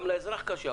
גם לאזרח קשה.